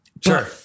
Sure